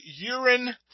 urine